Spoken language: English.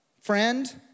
Friend